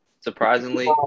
Surprisingly